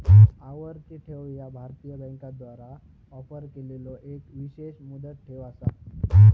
आवर्ती ठेव ह्या भारतीय बँकांद्वारा ऑफर केलेलो एक विशेष मुदत ठेव असा